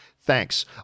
Thanks